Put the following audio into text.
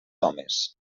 homes